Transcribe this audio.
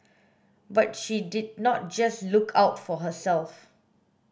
but she did not just look out for herself